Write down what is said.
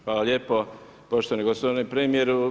Hvala lijepo poštovani gospodine Premijeru.